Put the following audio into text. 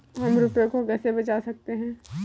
हम रुपये को कैसे बचा सकते हैं?